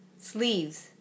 Sleeves